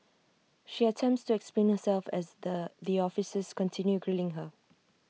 she attempts to explain herself as the officers continue grilling her